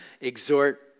exhort